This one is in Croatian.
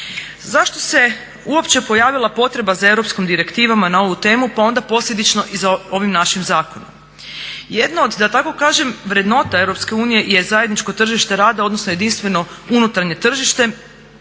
Zašto se uopće pojavila potreba za europskom direktivama na ovu temu pa onda posljedično i za ovim našim zakonom? Jedno od da tako kažem vrednota EU je zajedničko tržite rada odnosno jedinstveno unutarnje tržište